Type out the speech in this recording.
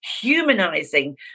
humanizing